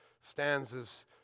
stanzas